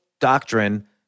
doctrine